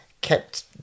Kept